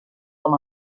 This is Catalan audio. com